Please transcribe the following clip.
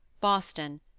Boston